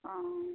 অঁ